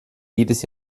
jedes